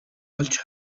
олж